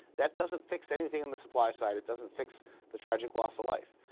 that doesn't fix anything on the supply side. it doesn't fix the tragic loss of life.